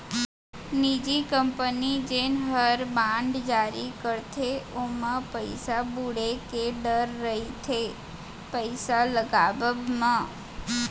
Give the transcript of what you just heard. निजी कंपनी जेन हर बांड जारी करथे ओमा पइसा बुड़े के डर रइथे पइसा लगावब म